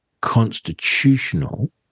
constitutional